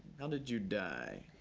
how did you die?